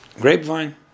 grapevine